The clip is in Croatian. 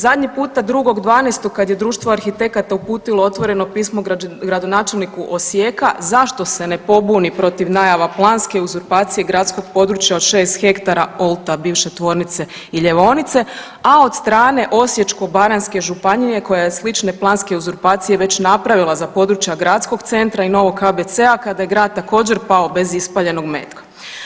Zadnji puta 2.12. kad je društvo arhitekata uputilo otvoreno pismo gradonačelnika Osijeka zašto se ne pobuni protiv najava planske uzurpacije gradskog područja od 6 hektara OLT-a bivše tvornice i ljevaonice, a od strane Osječko-baranjske županije koja je slične planske uzurpacije već napravila za područje gradskog centra i novog KBC-a kada je grad također pao bez ispaljenog metka.